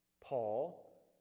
Paul